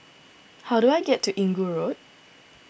how do I get to Inggu Road